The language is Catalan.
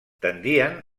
tendien